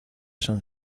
san